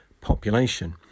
population